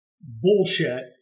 bullshit